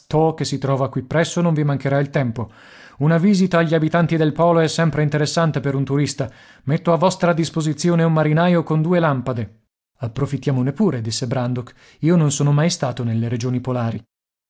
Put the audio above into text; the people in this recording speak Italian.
che si trova qui presso non vi mancherà il tempo una visita agli abitanti del polo è sempre interessante per un turista metto a vostra disposizione un marinaio con due lampade approfittiamone pure disse brandok io non sono mai stato nelle regioni polari